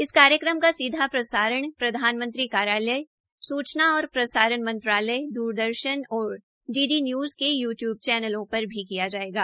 इस कार्यक्रम का सीधा प्रसारण प्रधानमंत्री कार्यालय सूचना और प्रसारण मंत्रालय द्रदर्शन और द्रदर्शन न्यूज़ के यू टीयूब चैनलों पर भी किया जायेगा